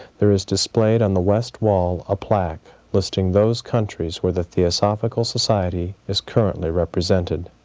there is displayed on the west wall a plaque listing those countries where the theosophical society is currently represented.